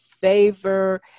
favor